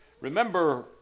Remember